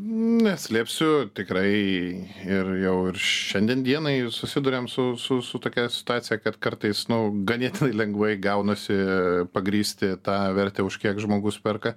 neslėpsiu tikrai ir jau ir šiandien dienai susiduriam su su su tokia situacija kad kartais nu ganėtinai lengvai gaunasi pagrįsti tą vertę už kiek žmogus perka